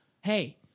Hey